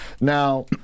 now